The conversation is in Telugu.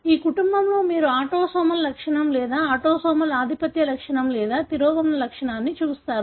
ఈ కుటుంబంలో మీరు ఆటోసోమల్ లక్షణం లేదా ఆటోసోమల్ ఆధిపత్య లక్షణం లేదా తిరోగమన లక్షణాన్ని చూస్తారు